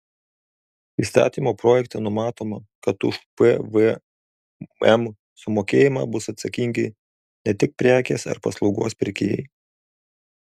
įstatymo projekte numatoma kad už pvm sumokėjimą bus atsakingi ne tik prekės ar paslaugos pirkėjai